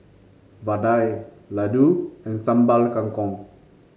vadai laddu and Sambal Kangkong